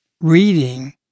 reading